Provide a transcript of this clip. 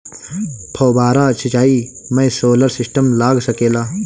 फौबारा सिचाई मै सोलर सिस्टम लाग सकेला?